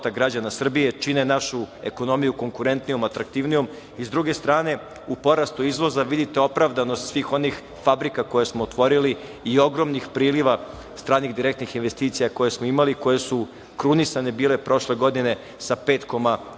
građana Srbije i čine našu ekonomiju konkurentnijom, atraktivnijom.42/1 VS/MP 18.00 – 18.05Sa druge strane, vidite u porastu izvoza, vidite opravdanost svih onih fabrika koje smo otvorili i ogromnih priliva stranih direktnih investicija koje smo imali i koje su bile krunisane prošle godine sa 5,2